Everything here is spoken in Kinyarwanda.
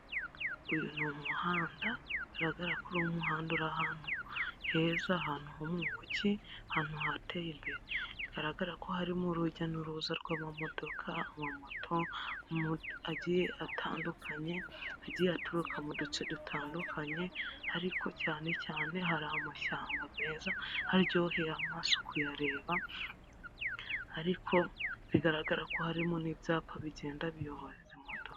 Uyu ni umuhanda ugaragarako ari umuhanda uri ahantu heza ahantu hari umujyi kuki ahantu hateye imbere bigaragara ko harimo urujya n'uruza rw'amamodoka, amamoto atandukanye agiye atandukanye agiye aturuka mu duce dutandukanye ariko cyane cyane hari amashyamba meza haryoheye amaso kuyareba ariko bigaragara ko harimo n'ibyapa bigenda biyobora izo modoka.